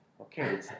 okay